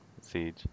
Siege